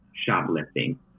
shoplifting